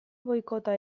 boikota